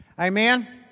Amen